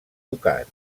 ducat